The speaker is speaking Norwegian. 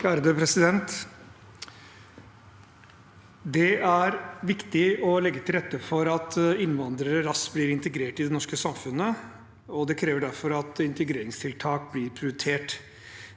Kapur (H) Det er viktig å leg- ge til rette for at innvandrere raskt blir integrert i det norske samfunnet, og det krever derfor at integreringstiltak blir prioritert.